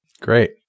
Great